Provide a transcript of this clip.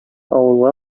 авылга